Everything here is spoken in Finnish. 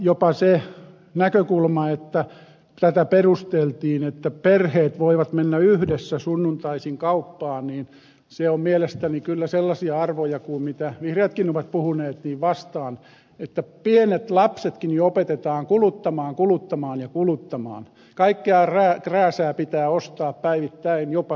jopa se näkökulma että tätä perusteltiin sillä että perheet voivat mennä yhdessä sunnuntaisin kauppaan on mielestäni kyllä sellaisia arvoja vastaan mistä vihreätkin ovat puhuneet että pienet lapsetkin opetetaan kuluttamaan kuluttamaan ja kuluttamaan kaikkea krääsää pitää ostaa päivittäin jopa sunnuntaisin